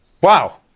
wow